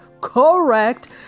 correct